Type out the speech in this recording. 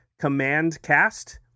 CommandCast